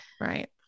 Right